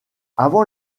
avant